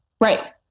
Right